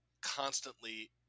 constantly